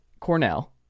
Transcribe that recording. Cornell